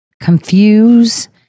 confuse